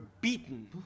beaten